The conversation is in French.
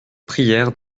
prière